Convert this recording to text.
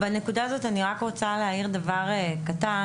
בנקודה הזאת אני רק רוצה דבר קטן.